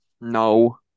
No